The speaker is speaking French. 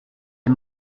est